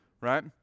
right